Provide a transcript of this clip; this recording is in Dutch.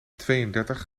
tweeëndertig